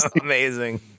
amazing